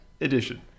edition